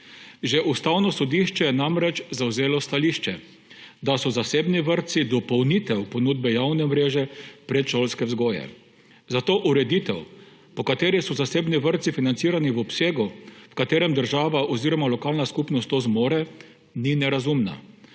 Že Ustavno sodišče je namreč zavzelo stališče, da so zasebni vrtci dopolnitev ponudbe javne mreže predšolske vzgoje. Zato ureditev, po kateri so zasebni vrtci financirani v obsegu, v katerem država oziroma lokalna skupnost to zmore, ni nerazumna.